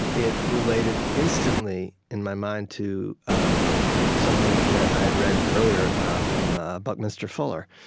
it related instantly in my mind to um something that i had read earlier ah from ah buckminster fuller,